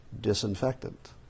disinfectant